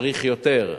צריך יותר.